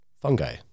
fungi